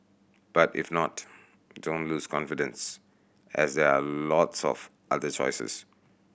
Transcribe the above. but if not don't lose confidence as there are lots of other choices